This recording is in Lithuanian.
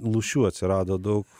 lūšių atsirado daug